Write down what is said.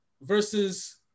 Versus